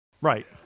Right